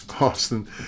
Austin